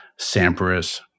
Sampras